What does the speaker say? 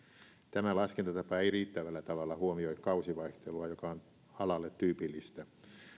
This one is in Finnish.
tämä laskentatapa ei riittävällä tavalla huomioi kausivaihtelua joka on alalle tyypillistä